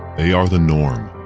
they are the norm.